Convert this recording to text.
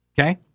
Okay